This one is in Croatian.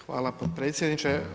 Hvala potpredsjedniče.